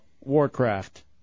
Warcraft